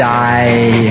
die